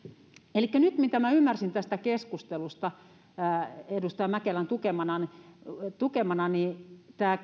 elikkä nyt niin kuin minä ymmärsin tästä keskustelusta edustaja mäkelän tukemana tukemana tämä